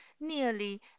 Nearly